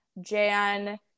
Jan